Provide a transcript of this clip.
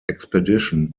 expedition